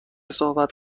صحبت